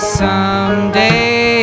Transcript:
someday